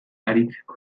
aritzeko